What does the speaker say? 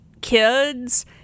kids